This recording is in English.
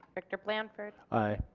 director blanford aye.